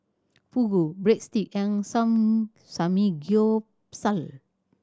Fugu Breadstick and Samgeyopsal